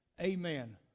Amen